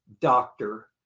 doctor